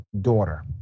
daughter